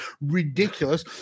ridiculous